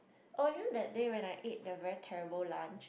oh you know that day when I ate the very terrible lunch